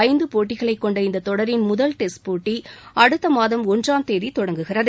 ஐந்து போட்டிகளைக் கொண்ட இந்த தொடரின் முதல் டெஸ்ட் போட்டி அடுத்த மாதம் ஒன்றாம் தேதி தொடங்குகிறது